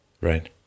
Right